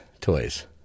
toys